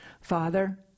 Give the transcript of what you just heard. Father